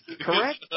correct